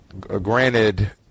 Granted